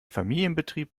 familienbetrieb